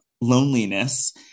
loneliness